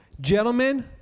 gentlemen